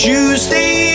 Tuesday